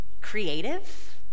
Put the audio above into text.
creative